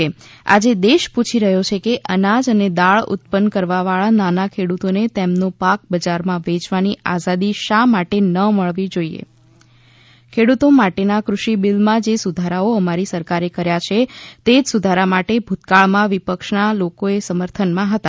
આજે દેશ પૂછી રહ્યો છે કે અનાજ અને દાળ ઉત્પન્ન કરવાવાળા નાના ખેડૂતોને તેમનો પાક બજારમાં વેચવાની આઝાદી શા માટે ન મળવી જોઇએ ખેડૂતો માટેના કૃષિ બીલમાં જે સુધારાઓ અમારી સરકારે કર્યા છે તેજ સુધારા માટે ભૂતકાળમાં વિપક્ષના લોકો સમર્થનમાં હતા